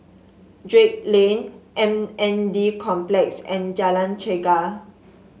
Drake Lane M N D Complex and Jalan Chegar